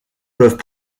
peuvent